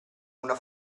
una